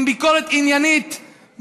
עם ביקורת עניינית,